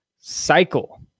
cycle